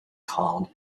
called